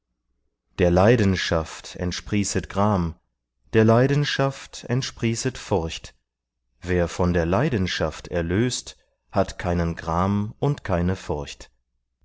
der leidenschaft entsprießet gram der leidenschaft entsprießet furcht wer von der leidenschaft erlöst hat keinen gram und keine furcht